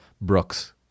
Brooks